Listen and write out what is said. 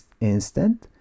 instant